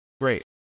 great